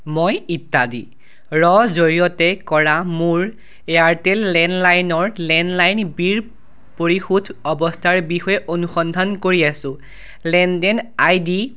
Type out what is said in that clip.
মই ইত্যাদিৰ জৰিয়তে কৰা মোৰ এয়াৰটেল লেণ্ডলাইনৰ লেণ্ডলাইন বিল পৰিশোধ অৱস্থাৰ বিষয়ে অনুসন্ধান কৰি আছোঁ লেনদেন আই ডি